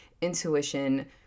intuition